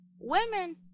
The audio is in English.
women